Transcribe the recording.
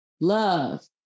love